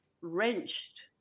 wrenched